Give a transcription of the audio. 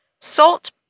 Salt